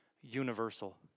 universal